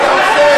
מה אתה מדבר?